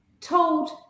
told